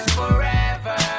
forever